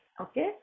Okay